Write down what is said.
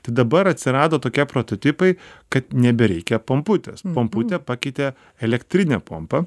tad dabar atsirado tokia prototipai kad nebereikia pomputės pomputę pakeitė elektrinė pompa